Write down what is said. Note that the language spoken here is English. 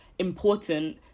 important